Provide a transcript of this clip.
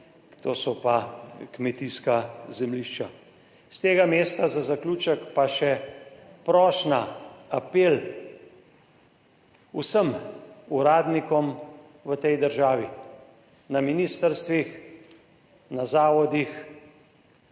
to so pa kmetijska zemljišča. S tega mesta pa za zaključek še prošnja, apel vsem uradnikom v tej državi, na ministrstvih, na zavodih,